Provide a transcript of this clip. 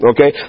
Okay